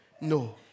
No